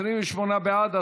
28 בעד.